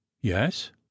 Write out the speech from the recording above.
yes